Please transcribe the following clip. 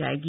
जाएगी